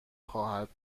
خواهد